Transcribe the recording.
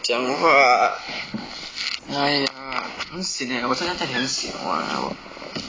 讲话 !aiya! 很 sian leh 我呆在家里很 sian lah walao